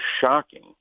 shocking